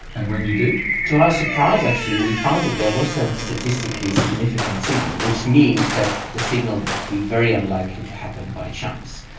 and when you did? to our surprise actually we found that there was a statistically significant signal, which means that the signal would be very unlikely to happen by chance.